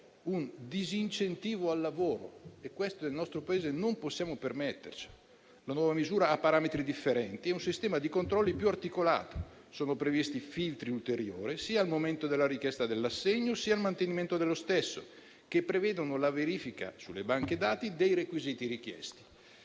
un disincentivo al lavoro: questo nel nostro Paese non possiamo permettercelo. La nuova misura ha parametri differenti e un sistema di controlli più articolato. Sono previsti filtri ulteriori sia al momento della richiesta dell'assegno, sia al mantenimento dello stesso, che prevedono la verifica sulle banche dati dei requisiti richiesti.